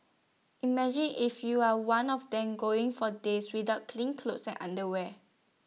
imagine if you are one of them going for days without clean clothes and underwear